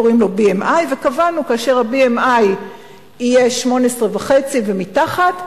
קוראים לו BMI. קבענו שכאשר ה-BMI יהיה 18.5 ומתחת,